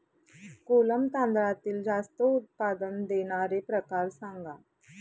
कोलम तांदळातील जास्त उत्पादन देणारे प्रकार सांगा